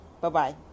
Bye-bye